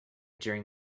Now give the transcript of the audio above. during